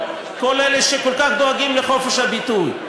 כל אלה שכל כך דואגים לחופש הביטוי.